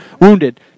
wounded